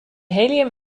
helium